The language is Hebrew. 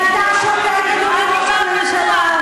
אתה שותק, אדוני ראש הממשלה.